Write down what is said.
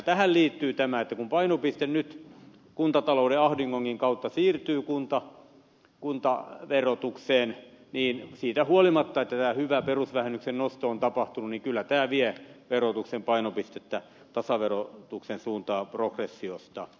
tähän liittyy tämä että kun painopiste nyt kuntatalouden ahdingonkin kautta siirtyy kuntaverotukseen niin siitä huolimatta että tämä hyvä perusvähennyksen nosto on tapahtunut kyllä tämä vie verotuksen painopistettä tasaverotuksen suuntaan progressiosta